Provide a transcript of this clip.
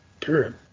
period